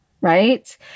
right